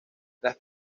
las